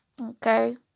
okay